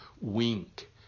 wink